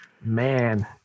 Man